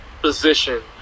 position